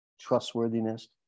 trustworthiness